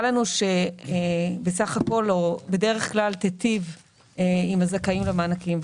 לנו שבסך הכול או בדרך כלל תיטיב עם הזכאים למענקים.